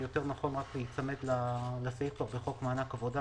יותר נכון להיצמד לסעיף בחוק מענק עבודה,